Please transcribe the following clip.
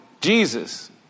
Jesus